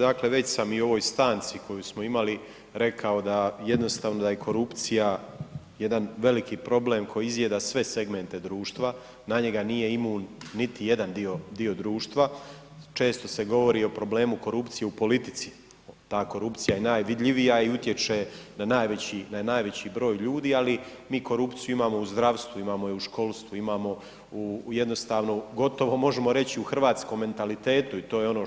Dakle, već sam i u ovoj stanci koju smo imal i rekao jednostavno da je korupcija jedan veliki problem koji izjeda sve segmente društva, na njega nije imun niti jedan dio društva, često se govori o problemu korupcije u politici, ta korupcija je najvidljivija i utječe na najveći broj ljudi ali mi korupciju imamo u zdravstvu, imamo je u školstvu, imamo u jednostavno gotovo možemo reći u hrvatskom mentalitetu i to je ono